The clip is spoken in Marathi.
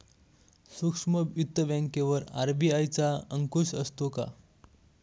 सूक्ष्म वित्त बँकेवर आर.बी.आय चा अंकुश असतो का?